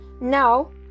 Now